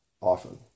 often